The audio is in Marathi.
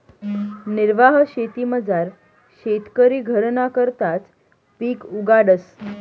निर्वाह शेतीमझार शेतकरी घरना करताच पिक उगाडस